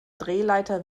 drehleiter